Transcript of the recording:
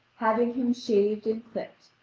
having him shaved and clipped,